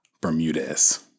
Bermudez